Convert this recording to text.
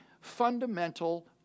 fundamental